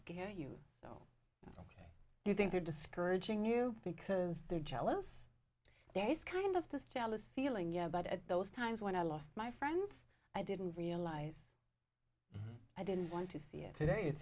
scare you you think they're discouraging you because they're jealous there is kind of this jealous feeling yeah but at those times when i lost my friends i didn't realize i didn't want to see it today it